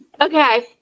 Okay